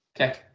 okay